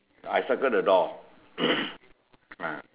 I circle the door ah